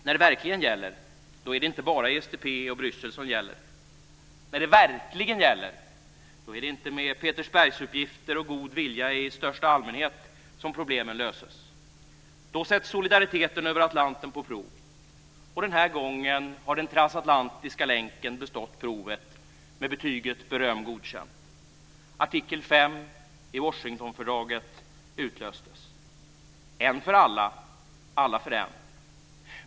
När det verkligen gäller är det inte bara ESDP och Bryssel som gäller. När det verkligen gäller är det inte med Petersbergsuppgifter och god vilja i största allmänhet som problemen löses. Då sätts solidariteten över Atlanten på prov. Den här gången har den transatlantiska länken bestått provet med betyget Med beröm godkänt. Artikel 5 i Washingtonfördraget utlöstes. En för alla - alla för en.